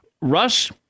Russ